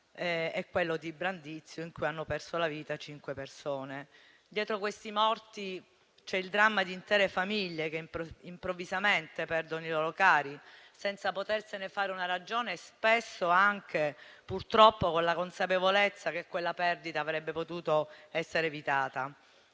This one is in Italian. è quello di Brandizzo, in cui hanno perso la vita cinque persone. Dietro questi morti c'è il dramma di intere famiglie, che improvvisamente perdono i loro cari senza potersene fare una ragione, spesso purtroppo anche con la consapevolezza che quella perdita si sarebbe potuta evitare.